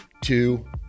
two